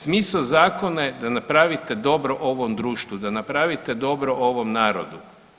Smisao zakona je da napravite dobro ovom društvu, da napravite dobro ovom narodu.